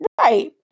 right